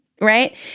right